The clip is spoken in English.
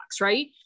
Right